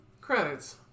Credits